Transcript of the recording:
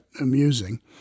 amusing